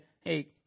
hey